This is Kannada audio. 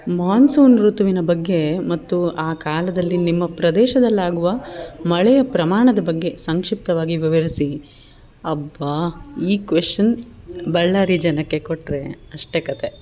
ಮಾನ್ಸೂನ್ ಋತುವಿನ ಬಗ್ಗೆ ಮತ್ತು ಆ ಕಾಲದಲ್ಲಿ ನಿಮ್ಮ ಪ್ರದೇಶದಲ್ಲಾಗುವ ಮಳೆಯ ಪ್ರಮಾಣದ ಬಗ್ಗೆ ಸಂಕ್ಷಿಪ್ತವಾಗಿ ವಿವರಿಸಿ ಅಬ್ಬಾ ಈ ಕ್ವೆಶನ್ ಬಳ್ಳಾರಿ ಜನಕ್ಕೆ ಕೊಟ್ಟರೆ ಅಷ್ಟೇ ಕತೆ